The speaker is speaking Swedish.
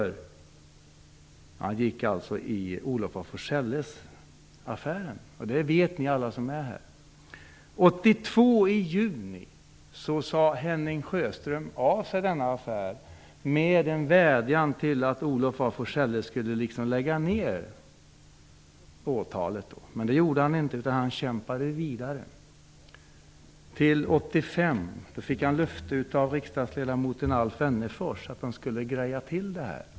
Han gick alltså in i Olof af Forselles-affären, det vet ni alla som är här. 1982 i juni sade Henning Sjöström av sig denna affär med en vädjan att Olof af Forselles skulle lägga ned åtalet. Men det gjorde han inte, utan han kämpade vidare till 1985, då han fick löfte av riksdagsledamoten Alf Wennerfors att man skulle greja till det här.